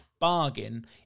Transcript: bargain